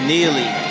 Neely